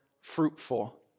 fruitful